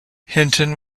hinton